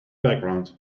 background